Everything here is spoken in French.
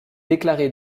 déclarée